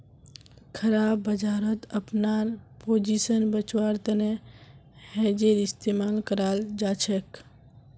खराब बजारत अपनार पोजीशन बचव्वार तने हेजेर इस्तमाल कराल जाछेक